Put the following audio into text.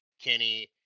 Kenny